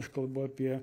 aš kalbu apie